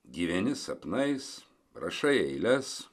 gyveni sapnais rašai eiles